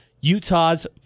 Utah's